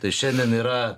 tai šiandien yra